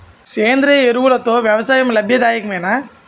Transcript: సేంద్రీయ ఎరువులతో వ్యవసాయం లాభదాయకమేనా?